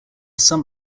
some